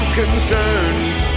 concerns